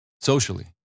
Socially